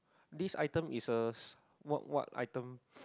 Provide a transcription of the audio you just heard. this item is a s~ what what item